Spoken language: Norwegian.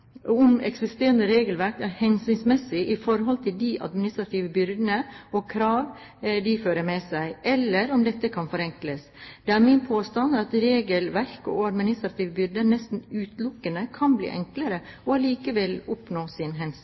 om eksisterende regelverk er hensiktsmessig i forhold til de administrative byrder og krav de fører med seg, eller om dette kan forenkles. Det er min påstand at regelverk og administrative byrder nesten utelukkende kan bli enklere og allikevel oppnå sin